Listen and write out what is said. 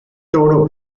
toro